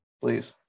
please